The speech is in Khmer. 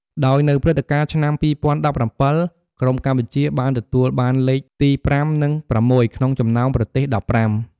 ដោយនៅព្រឹត្តិការណ៍ឆ្នាំ ២០១៧ ក្រុមកម្ពុជាបានទទួលបានលេខទី ៥ និង ៦ ក្នុងចំណោមប្រទេស ១៥។